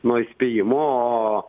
nuo įspėjimo o